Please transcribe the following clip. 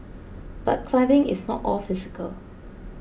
but climbing is not all physical